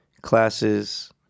classes